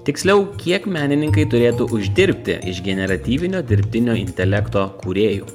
tiksliau kiek menininkai turėtų uždirbti iš generatyvinio dirbtinio intelekto kūrėjų